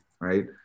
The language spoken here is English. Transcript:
right